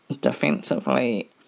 defensively